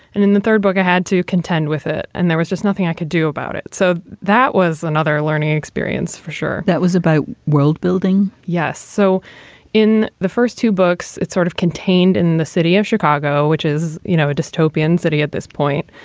and in the third book i had to contend with it and there was just nothing i could do about it. so that was another learning experience, for sure. that was about worldbuilding. yes. so in the first two books, it sort of contained in the city of chicago, which is, you know, a dystopian city at this point.